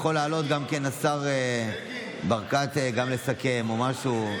יכול השר ברקת לעלות וגם לסכם או משהו.